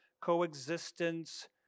coexistence